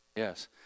Yes